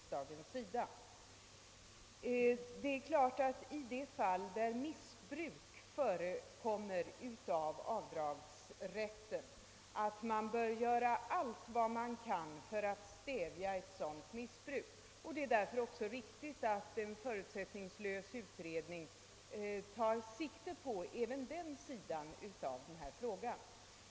Självfallet bör allt göras för att stävja missbruk av avdragsrätten, när sådant förekommer, och det är därför riktigt att en förutsättningslös utredning tar sikte även på den sidan av saken.